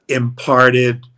imparted